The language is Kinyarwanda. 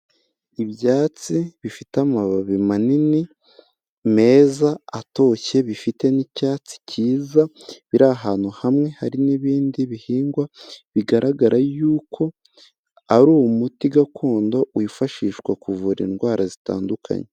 Ibyatsi bifite amababi manini meza atoshye, bifite n'icyatsi cyiza biri ahantu hamwe hari n'ibindi bihingwa, bigaragara yuko ari umuti gakondo wifashishwa kuvura indwara zitandukanye.